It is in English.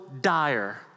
dire